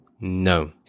No